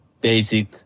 basic